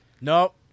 Nope